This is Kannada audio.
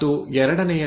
ಮತ್ತು 2